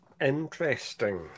Interesting